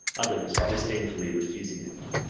others disdainfully refusing it.